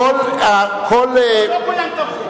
לא כולם תמכו.